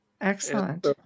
excellent